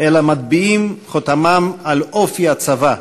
אלא מטביעים חותמם על אופי הצבא,